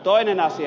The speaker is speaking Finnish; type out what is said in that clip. toinen asia